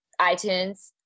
iTunes